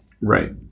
right